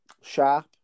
Sharp